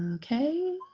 okay,